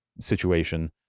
situation